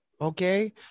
Okay